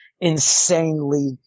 insanely